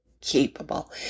capable